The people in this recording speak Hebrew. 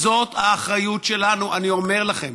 זאת האחריות שלנו, אני אומר לכם.